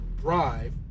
drive